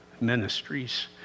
ministries